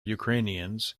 ukrainians